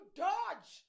dodge